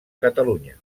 catalunya